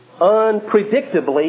unpredictably